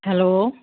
hello